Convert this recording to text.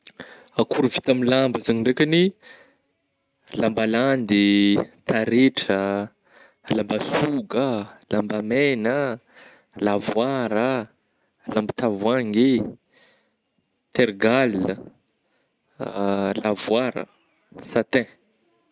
Akora vita amin'ny lamba zany ndraikagny lamba landy, taretra ah, lamba soga ah lambamegna ah, lavoara ah, lamba tavoahangy eh, tergal, lavoara, satin.